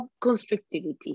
constructivity